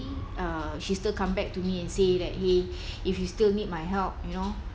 uh she still come back to me and say that !hey! if you still need my help you know